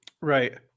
Right